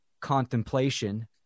contemplation